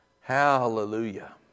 Hallelujah